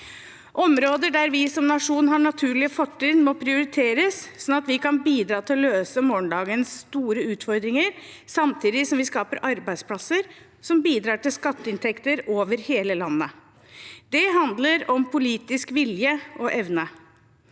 Områder der vi som nasjon har naturlige fortrinn, må prioriteres, slik at vi kan bidra til å løse morgendagens store utfordringer, samtidig som vi skaper arbeidsplasser som bidrar til skatteinntekter over hele landet. Det handler om politisk vilje og evne.